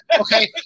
okay